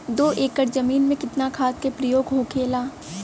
दो एकड़ जमीन में कितना खाद के प्रयोग होखेला?